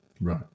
Right